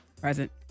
Present